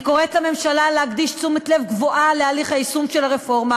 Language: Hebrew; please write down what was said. אני קוראת לממשלה להקדיש תשומת לב גבוהה להליך היישום של הרפורמה